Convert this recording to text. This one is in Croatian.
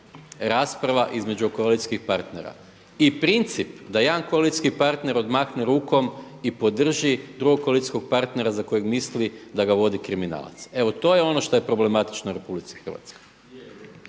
rasprava između koalicijskih partnera. I princip da jedan koalicijski partner odmahne rukom i podrži drugog koalicijskog partnera za kojeg misli da ga vodi kriminalac. Evo to je ono što je problematično u Republici Hrvatskoj.